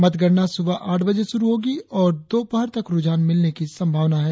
मतगणना सुबह आठ बजे शुरु होगी और दोपहर तक रुझान मिलने की संभावना है